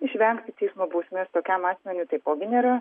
išvengti teismo bausmės tokiam asmeniui taipogi nėra